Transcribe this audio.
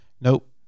nope